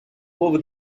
over